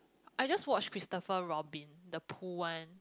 I just watched Christopher Robin the pool one